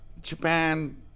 Japan